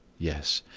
yes,